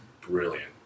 brilliant